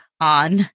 on